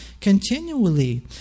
continually